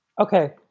Okay